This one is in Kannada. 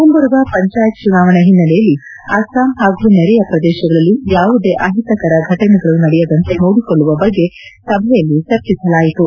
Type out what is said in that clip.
ಮುಂಬರುವ ಪಂಚಾಯತ್ ಚುನಾವಣೆ ಹಿನ್ನೆಲೆಯಲ್ಲಿ ಅಸ್ಸಾಂ ಹಾಗೂ ನೆರೆಯ ಪ್ರದೇಶಗಳಲ್ಲಿ ಯಾವುದೇ ಅಹಿತಕರ ಫಟನೆಗಳು ನಡೆಯದಂತೆ ನೋಡಿಕೊಳ್ಳುವ ಬಗ್ಗೆ ಸಭೆಯಲ್ಲಿ ಚರ್ಚಿಸಲಾಯಿತು